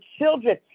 children